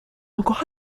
encore